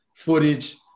footage